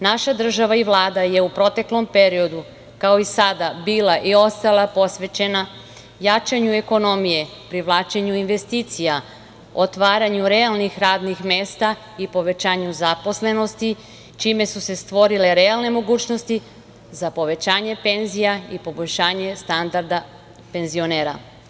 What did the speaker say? Naša država i Vlada je u proteklom periodu, kao i sada bila i ostala posvećena jačanju ekonomije, privlačenju investicija, otvaranju realnih radnih mesta i povećanju zaposlenosti, čime su se stvorile realne mogućnosti za povećanje penzija i poboljšanje standarda penzionera.